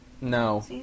No